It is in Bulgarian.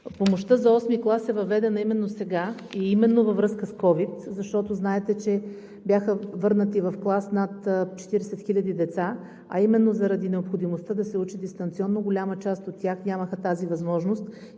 Помощта за VIII клас е въведена именно сега и именно във връзка с ковид, защото знаете, че бяха върнати в клас над 40 хиляди деца, а именно заради необходимостта да се учи дистанционно голяма част от тях нямаха тази възможност